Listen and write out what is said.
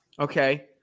Okay